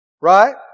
Right